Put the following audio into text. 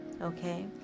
okay